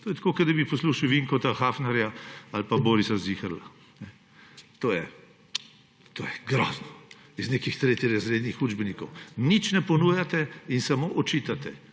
to je tako, kot da bi poslušal Vinka Hafnerja ali pa Borisa Ziherla. To je. To je grozno, iz nekih tretjerazrednih učbenikov. Nič ne ponujate in samo očitate.